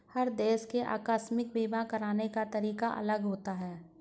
हर देश के आकस्मिक बीमा कराने का तरीका अलग होता है